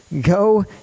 go